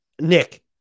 Nick